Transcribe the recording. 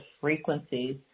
frequencies